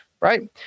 right